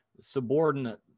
subordinate